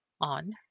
on